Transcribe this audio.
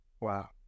Wow